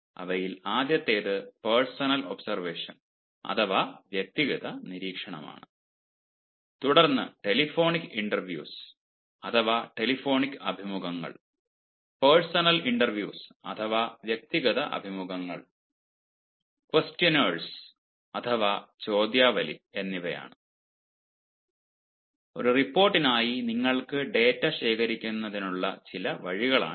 അവയിൽ ആദ്യത്തേത് personal observation അഥവാ വ്യക്തിഗത നിരീക്ഷണമാണ് തുടർന്ന് ടെലിഫോണിക് ഇൻറർവ്യൂസ് അഥവാ ടെലിഫോണിക് അഭിമുഖങ്ങൾ പേഴ്സണൽ ഇൻറർവ്യൂസ് അഥവാ വ്യക്തിഗത അഭിമുഖങ്ങൾ ക്വസ്റ്റ്യൻനേഴ്സ് അഥവാ ചോദ്യാവലി എന്നിവ ഒരു റിപ്പോർട്ടിനായി നിങ്ങൾക്ക് ഡാറ്റ ശേഖരിക്കുന്നതിനുള്ള ചില വഴികളാണിത്